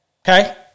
okay